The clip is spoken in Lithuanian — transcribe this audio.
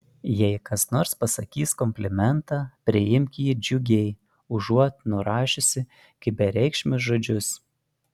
jei kas nors pasakys komplimentą priimk jį džiugiai užuot nurašiusi kaip bereikšmius žodžius